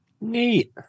Neat